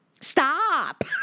stop